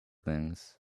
things